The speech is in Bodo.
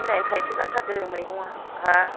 इनायनो थायसो गारथारदों मैगंआ हा